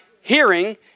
hearing